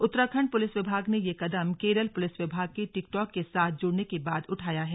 Uttarakhand police विभाग ने यह कदम केरल पुलिस विभाग के टिकटॉक के साथ जुड़ने के बाद उठाया है